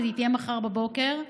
והיא תהיה מחר בבוקר.